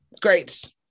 great